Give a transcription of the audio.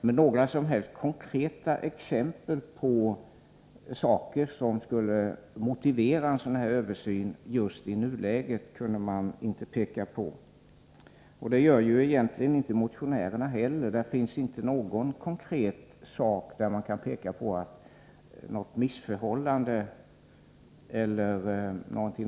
Men några som helst konkreta exempel som skulle motivera en sådan här översyn just i nuläget kunde man inte peka på. Det gör egentligen inte motionärerna heller. Det finns inte några konkreta exempel på missförhållanden.